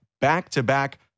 back-to-back